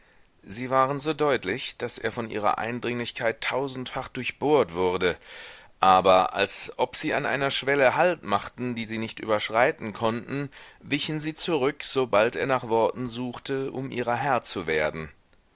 sie waren so deutlich daß er von ihrer eindringlichkeit tausendfach durchbohrt wurde aber als ob sie an einer schwelle halt machten die sie nicht überschreiten konnten wichen sie zurück sobald er nach worten suchte um ihrer herr zu werden